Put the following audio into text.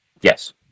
Yes